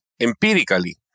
empirically